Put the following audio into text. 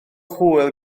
hwyl